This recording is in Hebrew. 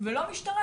ולא המשטרה.